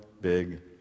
big